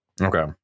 Okay